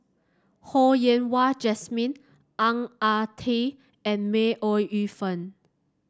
Ho Yen Wah Jesmine Ang Ah Tee and May Ooi Yu Fen